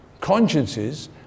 consciences